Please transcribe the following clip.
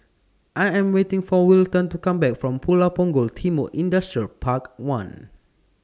I Am waiting For Wilton to Come Back from Pulau Punggol Timor Industrial Park one